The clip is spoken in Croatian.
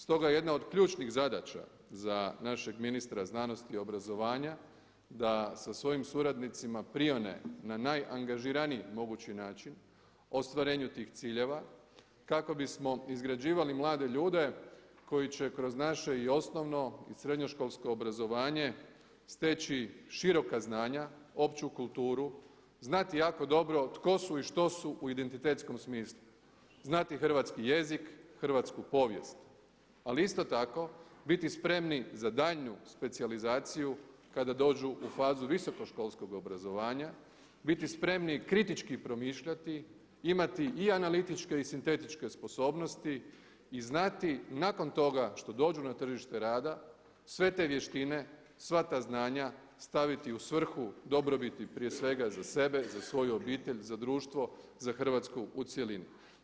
Stoga jedna od ključnih zadaća za našeg ministra znanosti, obrazovanja da sa svojim suradnicima prione na najangažiraniji mogući način ostvarenju tih ciljeva kako bismo izgrađivali mlade ljude koji će kroz naše i osnovno i srednjoškolsko obrazovanje steći široka znanja, opću kulturu, znati jako dobro tko su i što su u identitetskom smislu, znati hrvatski jezik, hrvatsku povijest, ali isto tako biti spremni za daljnju specijalizaciju kada dođu u fazu visoko školskog obrazovanja, biti spremni kritički promišljati, imati i analitičke i sintetičke sposobnosti i znati nakon toga što dođu na tržište rada sve te vještine, sva ta znanja staviti u svrhu dobrobiti prije svega za sebe i za svoju obitelj, za društvo, za Hrvatsku u cjelini.